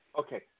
Okay